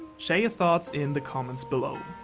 share your thoughts in the comments below.